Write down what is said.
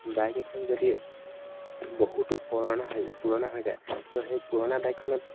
bike এখন যদি বহুতো পুৰণা পুৰণা হৈ যায় আৰু সেই পুৰণা বাইকখনত